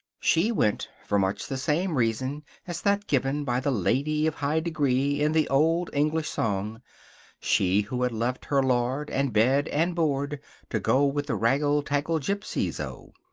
she went for much the same reason as that given by the ladye of high degree in the old english song she who had left her lord and bed and board to go with the raggle-taggle gipsies-o!